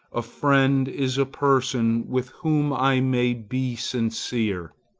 a friend is a person with whom i may be sincere.